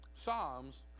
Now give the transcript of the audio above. Psalms